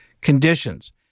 conditions